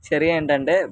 చర్య ఏంటి అంటే